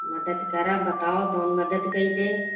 मदद करब बताओ तौन मदद कई देय